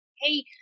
Hey